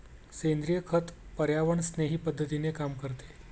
सेंद्रिय खत पर्यावरणस्नेही पद्धतीने काम करते